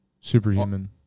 Superhuman